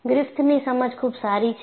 ગ્રિફિથની સમજ ખુબ સારી છે